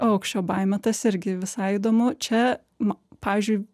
aukščio baimė tas irgi visai įdomu čia ma pavyzdžiui